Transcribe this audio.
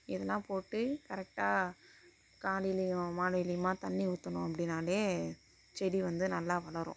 இதெல்லாம் போட்டு கரெக்டாக காலையிலேயும் மாலையிலையுமாக தண்ணி ஊற்றினோம் அப்படின்னாலே செடி வந்து நல்லா வளரும்